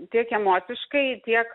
tiek emociškai tiek